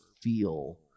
feel